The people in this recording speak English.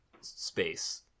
space